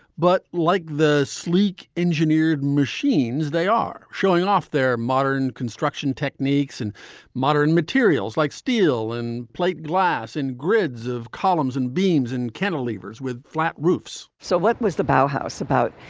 but like the sleek engineered machines, they are showing off their modern construction techniques and modern materials like steel and plate glass in grids of columns and beams and kennel levers with flat roofs so what was the but house about?